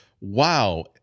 wow